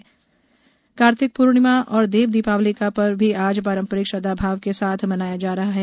कार्तिक पूर्णिमा कार्तिक पूर्णिमा और देव दीपावली का पर्व आज पारंपरिक श्रद्दा भाव के साथ मनाया जा रहा है